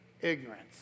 ignorance